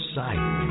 sight